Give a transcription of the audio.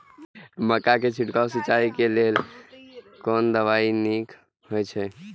मक्का के छिड़काव सिंचाई के लेल कोन दवाई नीक होय इय?